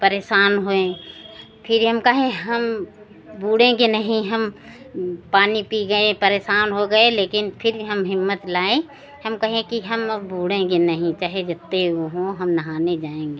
परेशान हुए फिर हम कहे हम बूड़ेंगे नहीं हम पानी पी गए परेशान हो गए लेकिन फिर हम हिम्मत लाए हम कहे कि हम अब बूड़ेंगे नहीं चाहे जेत्ते वह हो हम नहाने जाएँगे